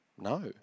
No